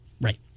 Right